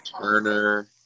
Turner